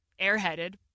airheaded